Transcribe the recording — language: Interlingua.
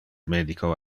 medico